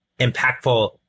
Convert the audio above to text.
impactful